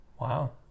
wow